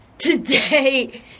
Today